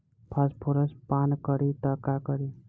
Phosphorus पान करी त का करी?